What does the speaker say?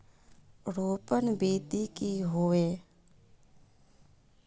रोपण विधि की होय?